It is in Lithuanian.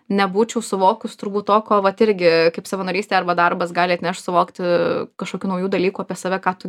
nebūčiau suvokus turbūt to ko vat irgi kaip savanorystė arba darbas gali atnešt suvokti kažkokių naujų dalykų apie save ką tu